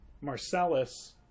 Marcellus